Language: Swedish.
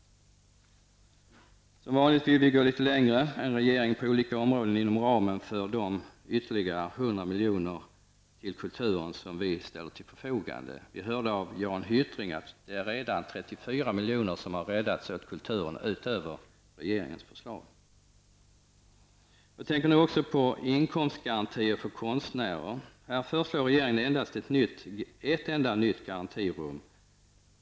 Som vanligt vill vi gå litet längre än regeringen på olika områden inom ramen för de ytterligare 100 miljoner till kulturen som vi ställt till förfogande. Vi hörde av Jan Hyttring att 34 miljoner redan har räddats för kulturen utöver regeringens förslag. Jag tänker nu på inkomstgarantier för konstnärer. Här föreslår regeringen endast ett enda nytt garantirum.